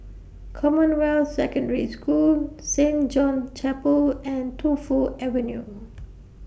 Commonwealth Secondary School Saint John's Chapel and Tu Fu Avenue